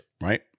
Right